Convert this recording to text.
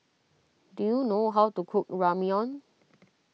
do you know how to cook Ramyeon